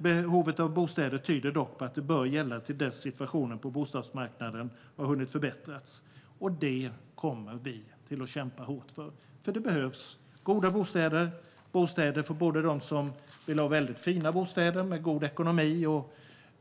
Behovet av bostäder tyder dock på att den bör gälla till dess att situationen på bostadsmarknaden har hunnit förbättras. Detta kommer vi att kämpa hårt för, för det behövs bra bostäder, både för dem med god ekonomi som